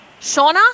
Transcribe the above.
Shauna